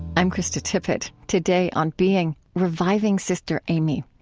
i'm krista tippett. today, on being, reviving sister aimee.